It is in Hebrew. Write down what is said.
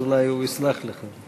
אז אולי הוא יסלח לך.